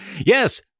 Yes